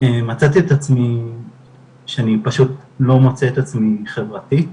מצאתי את עצמי שאני פשוט לא מוצא את עצמי חברתית,